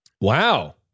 Wow